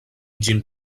ĝin